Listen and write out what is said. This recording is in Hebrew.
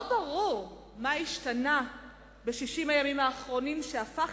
לא ברור מה השתנה ב-60 הימים האחרונים שהפך